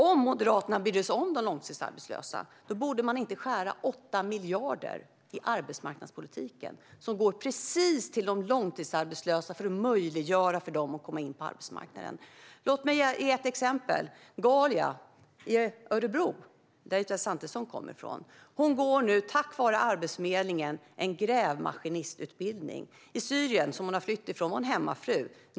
Om Moderaterna brydde sig om de långtidsarbetslösa borde de inte skära ned 8 miljarder i arbetsmarknadspolitiken, vilka går precis till de långtidsarbetslösa så att det blir möjligt för dem att komma in på arbetsmarknaden. Låt mig ge ett exempel. Ghalia från Örebro, som Elisabeth Svantesson också kommer ifrån, går nu tack vare Arbetsförmedlingen en grävmaskinistutbildning. I Syrien, som hon har flytt från, var hon hemmafru.